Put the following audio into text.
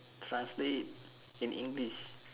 translate it in english